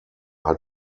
hat